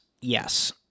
yes